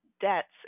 debts